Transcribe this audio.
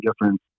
different